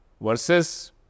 versus